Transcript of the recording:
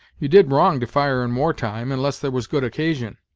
you did wrong to fire in war-time, unless there was good occasion.